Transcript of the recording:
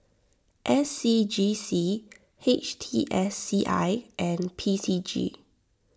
S C G C H T S C I and P C G